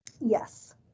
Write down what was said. Yes